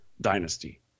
dynasty